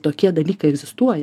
tokie dalykai egzistuoja